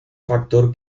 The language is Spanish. factor